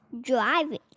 driving